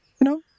No